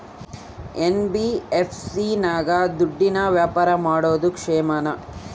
NBFC ನಾಗ ದುಡ್ಡಿನ ವ್ಯವಹಾರ ಮಾಡೋದು ಕ್ಷೇಮಾನ?